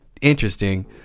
interesting